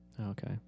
Okay